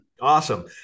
Awesome